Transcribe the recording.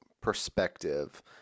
perspective